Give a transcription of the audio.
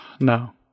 No